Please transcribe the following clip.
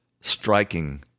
striking